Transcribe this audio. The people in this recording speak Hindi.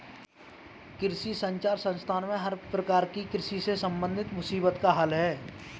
कृषि संचार संस्थान में हर प्रकार की कृषि से संबंधित मुसीबत का हल है